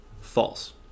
False